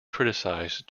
criticized